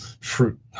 fruit